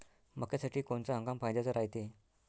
मक्क्यासाठी कोनचा हंगाम फायद्याचा रायते?